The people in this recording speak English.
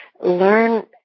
learn